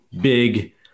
big